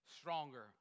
stronger